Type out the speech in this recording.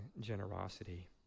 generosity